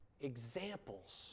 examples